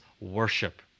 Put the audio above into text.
worship